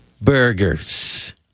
burgers